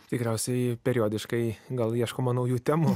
tikriausiai periodiškai gal ieškoma naujų temų